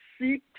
six